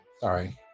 sorry